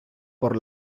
por